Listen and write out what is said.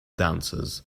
dancers